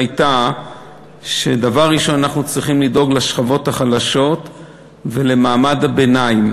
הייתה שדבר ראשון אנחנו צריכים לדאוג לשכבות החלשות ולמעמד הביניים,